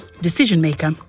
decision-maker